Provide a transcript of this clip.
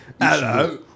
Hello